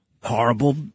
horrible